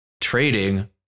trading